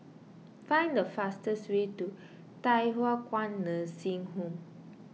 find the fastest way to Thye Hua Kwan Nursing Home